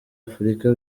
afurika